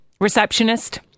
Receptionist